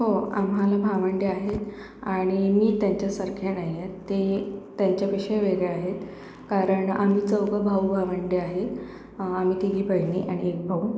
हो आम्हाला भावंडे आहेत आणि मी त्यांच्यासारखे नाही आहेत ते त्यांच्यापेक्षा वेगळे आहेत कारण आम्ही चौघं भाऊ भावंडे आहे आम्ही तिघी बहिणी आणि एक भाऊ